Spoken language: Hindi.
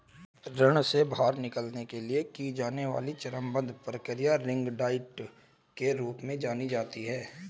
ऋण से बाहर निकलने के लिए की जाने वाली चरणबद्ध प्रक्रिया रिंग डाइट के रूप में जानी जाती है